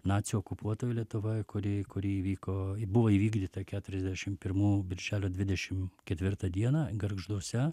nacių okupuotoj lietuvoje kuri kuri įvyko buvo įvykdyta keturiasdešim pirmų birželio dvidešim ketvirtą dieną gargžduose